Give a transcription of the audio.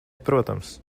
protams